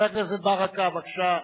חבר הכנסת ברכה, בבקשה.